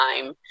time